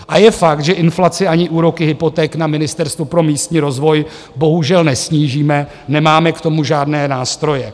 A je fakt, že inflaci ani úroky hypoték na Ministerstvu pro místní rozvoj bohužel nesnížíme, nemáme k tomu žádné nástroje.